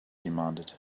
demanded